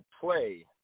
play